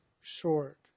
short